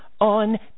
on